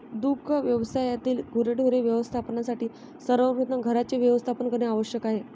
दुग्ध व्यवसायातील गुरेढोरे व्यवस्थापनासाठी सर्वप्रथम घरांचे व्यवस्थापन करणे आवश्यक आहे